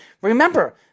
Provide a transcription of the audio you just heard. Remember